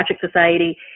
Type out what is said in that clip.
Society